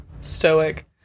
Stoic